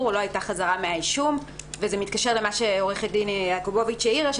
או לא הייתה חזרה מהאישום," זה מתקשר למה שעורכת דין יעקובוביץ העירה,